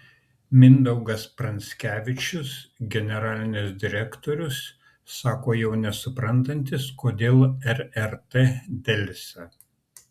mindaugas pranskevičius generalinis direktorius sako jau nesuprantantis kodėl rrt delsia